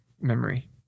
memory